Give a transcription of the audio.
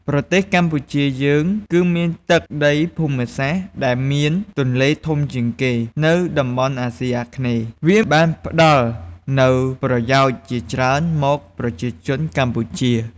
ប្រទេសកម្ពុជាយើងគឺមានទឹកដីភូមិសាស្រ្ត ដែលមានទន្លេធំជាងគេនៅតំបន់អាស៊ីអាគ្នេយ៍ វាបានផ្តល់នូវប្រយោជន៍ជាច្រើនមកប្រជាជនកម្ពុជា។